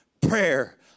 prayer